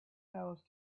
nose